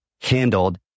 handled